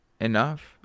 enough